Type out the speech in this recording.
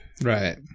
Right